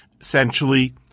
essentially